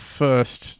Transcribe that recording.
first